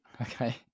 Okay